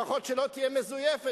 לפחות שלא תהיה מזויפת,